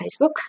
Facebook